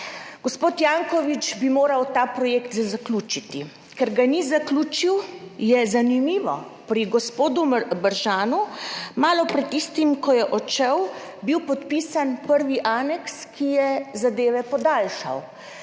Gospod Janković bi moral ta projekt zaključiti. Ker ga ni zaključil, je bil, zanimivo, pri gospodu Brežanu malo pred tistim, ko je odšel, podpisan prvi aneks, ki je zadeve podaljšal.